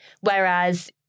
whereas